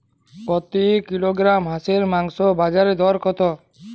প্রতি কিলোগ্রাম হাঁসের মাংসের বাজার দর কত?